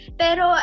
pero